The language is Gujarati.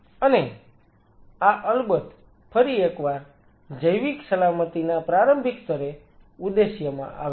અને આ અલબત્ત ફરી એકવાર જૈવિક સલામતી ના પ્રારંભિક સ્તરે ઉદ્દેશ્યમાં આવે છે